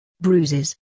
Bruises